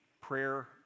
prayer